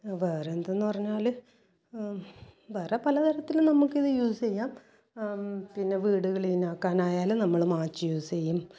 വേറെ എന്ത് എന്ന് പറഞ്ഞാൽ വേറെ പലതരത്തിൽ നമുക്ക് ഇത് യൂസ് ചെയ്യാം പിന്നെ വീട് ക്ലീൻ ആക്കാനായാലും നമ്മൾ മാച്ച് യൂസ് ചെയ്യും